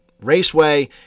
Raceway